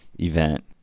event